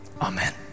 amen